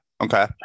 Okay